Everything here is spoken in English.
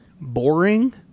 boring